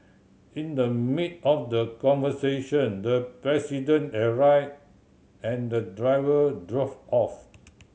in the mid of the conversation the president arrived and the driver drove off